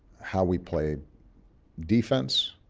how we play defense,